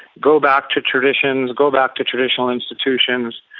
go back to traditions, go back to traditional institutions.